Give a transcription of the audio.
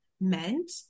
meant